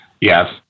yes